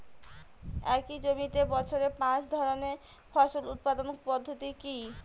একই জমিতে বছরে পাঁচ ধরনের ফসল উৎপাদন পদ্ধতি কী?